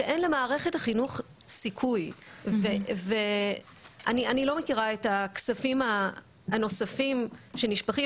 שאין למערכת החינוך סיכוי ואני לא מכירה את הכספים הנוספים שנשפכים,